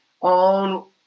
on